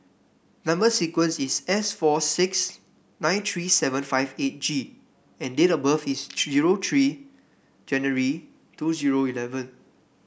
number sequence is S four six nine three seven five eight G and date of birth is zero three January two zero eleven